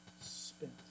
spent